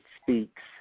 Speaks